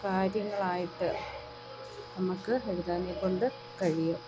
കാര്യങ്ങളായിട്ട് നമുക്ക് എഴുതാനേക്കൊണ്ട് കഴിയും